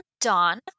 Dawn